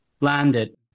landed